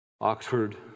Oxford